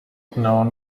known